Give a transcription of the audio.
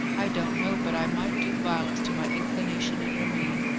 i don't know but i might do violence to my inclination and remain.